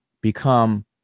become